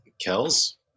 Kells